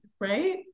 right